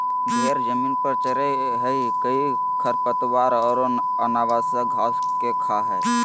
भेड़ जमीन पर चरैय हइ कई खरपतवार औरो अनावश्यक घास के खा हइ